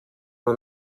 own